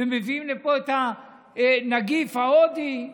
ומביאים לפה את הנגיף ההודי,